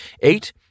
Eight